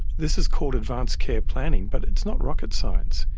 this is called advanced care planning but it's not rocket science,